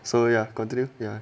so ya continue ya